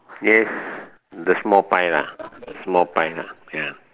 yes the small pine ah the small pine ah ya